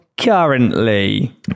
currently